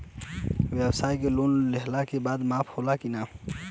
ब्यवसाय के लोन लेहला के बाद माफ़ होला की ना?